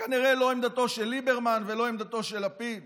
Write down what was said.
זו כנראה לא עמדתו של ליברמן ולא עמדתו של לפיד